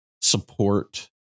support